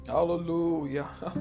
Hallelujah